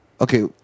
Okay